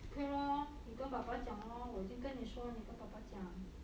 okay lor 你跟爸爸讲 lor 我已经跟你说你跟爸爸讲